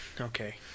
Okay